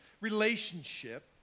relationship